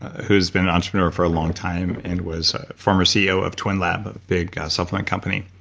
who's been an entrepreneur for a long time and was former ceo of twinlab, big supplement company,